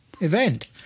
event